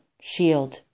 shield